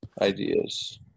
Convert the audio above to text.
ideas